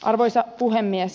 arvoisa puhemies